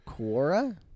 Quora